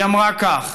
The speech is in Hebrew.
היא אמרה כך: